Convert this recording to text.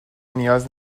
نیاز